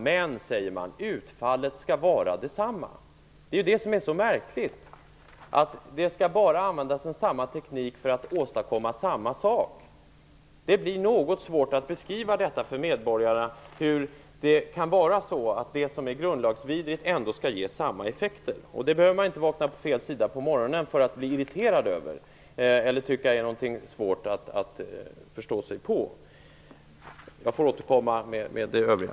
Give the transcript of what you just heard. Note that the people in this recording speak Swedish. Men utfallet skall, säger man, vara detsamma. Det är det som är så märkligt. En annan teknik skall användas för att åstadkomma samma sak. Det blir något svårt att beskriva för medborgarna hur det som är grundlagsvidrigt ändå skall ge samma effekter. Man behöver inte vakna på fel sida på morgonen för bli irriterad över detta eller tycka att det är svårt att förstå sig på. Jag får återkomma till det övriga.